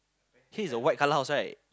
he is the white colour house right